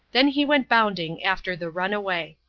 then he went bounding after the runaway.